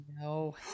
no